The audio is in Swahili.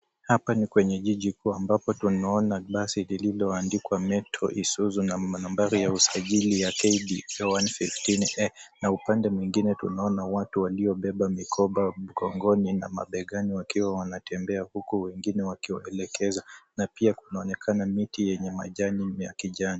Hapa ni kwenye jiji kuu ambapo tunaona basi liliandikwa Metro Isuzu na nambari ya usajili ya KDA 115A na upande mwingine tunaona watu waliobeba mikoba mgongoni na mabegani wakiwa wanatembea huku wengine wakiwaelekeza na pia kunaonekana miti yenye majani ya kijani.